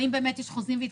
האם באמת יש חוזים והתקשרות?